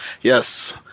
yes